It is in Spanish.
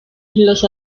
los